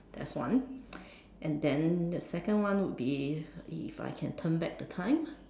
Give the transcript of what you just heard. that's one and then the second one would be if I can turn back the time